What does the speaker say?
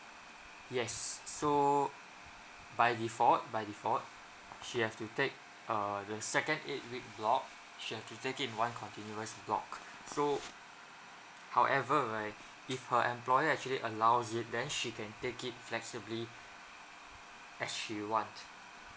yes so by default by default she have to take err the second eight block she have to take it in one continuous block so however right if her employer actually allows it then she can take it flexibly as she want